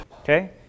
okay